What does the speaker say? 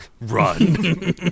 run